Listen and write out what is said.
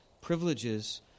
privileges